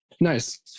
Nice